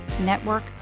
network